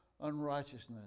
unrighteousness